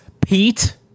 Pete